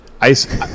ice